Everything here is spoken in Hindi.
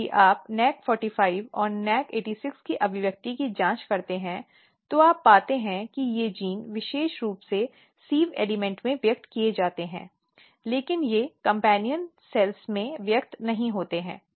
फिर यदि आप NAC45 और NAC86 की अभिव्यक्ति की जांच करते हैं तो आप पाते हैं कि ये जीन विशेष रूप से सिव़ एलिमेंट में व्यक्त किए जाते हैं लेकिन वे कम्पेन्यन कोशिका में व्यक्त नहीं होते हैं